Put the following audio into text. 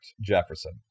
Jefferson